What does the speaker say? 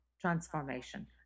transformation